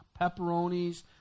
Pepperonis